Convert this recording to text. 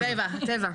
טבע, טבע.